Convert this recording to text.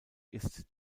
ist